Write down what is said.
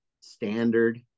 standard